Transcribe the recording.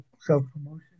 self-promotion